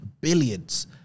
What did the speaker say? billions